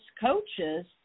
coaches